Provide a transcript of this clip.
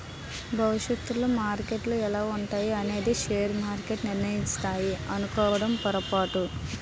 భవిష్యత్తులో మార్కెట్లు ఎలా ఉంటాయి అనేది షేర్ మార్కెట్లు నిర్ణయిస్తాయి అనుకోవడం పొరపాటు